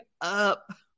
up